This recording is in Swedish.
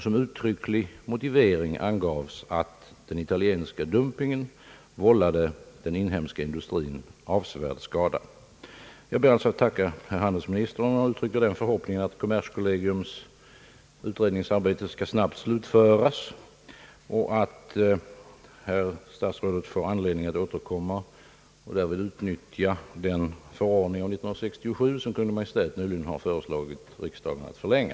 Som uttrycklig motivering angavs att den italienska dumpingen vållade den inhemska industrin avsevärd skada. Jag ber att få tacka herr handelsministern och uttrycka den förhoppningen, att kommerskollegiums utredningsarbete snabbt skall slutföras och att herr statsrådet får anledning att återkomma och därvid utnyttja den förordning av år 1967, som Kungl. Maj:t nyligen har föreslagit riksdagen att förlänga.